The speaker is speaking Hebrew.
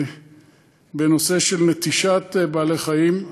בנושא של נטישת בעלי-חיים.